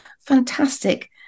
fantastic